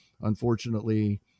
Unfortunately